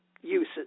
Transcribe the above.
uses